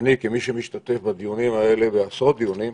אני כמי שמשתתף בדיונים האלה, בעשרות דיונים,